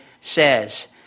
says